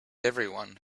everyone